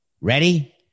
Ready